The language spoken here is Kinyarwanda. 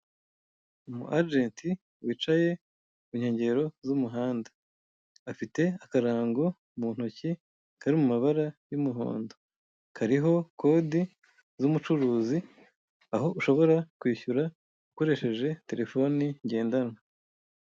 Umuajent wicaye ku nkengero z'umuhanda, afite akarango mu ntoki kari mu mabara y'umuhondo kariho kodi z'umucuruzi, aho ushobora kwishyura ukoresheje terefone ngendanwa.